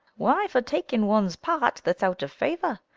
why? for taking one's part that's out of favour.